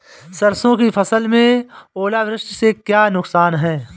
सरसों की फसल में ओलावृष्टि से क्या नुकसान है?